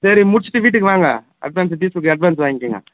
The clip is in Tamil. சரி முடிச்சுட்டு வீட்டுக்கு வாங்க அட்வான்ஸ் சொல்லி அட்வான்ஸ் வாங்கிக்கங்க